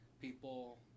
people